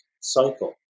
cycle